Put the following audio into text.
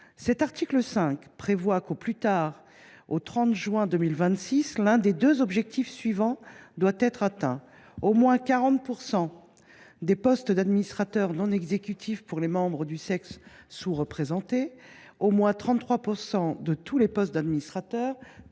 Cet article 5 prévoit que, au 30 juin 2026 au plus tard, l’un des deux objectifs suivants doit être atteint : au moins 40 % des postes d’administrateurs non exécutifs pour les membres du sexe sous représenté ; au moins 33 % de tous les postes d’administrateurs,